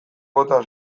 bota